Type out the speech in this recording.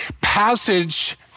passage